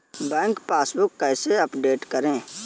Bank passbook कैसे update करें?